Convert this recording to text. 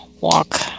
walk